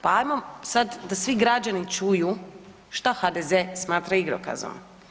Pa hajmo sada da svi građani čuju što HDZ-e smatra igrokazom.